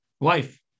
life